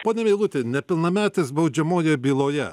pone meiluti nepilnametis baudžiamoje byloje